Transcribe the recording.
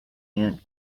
ant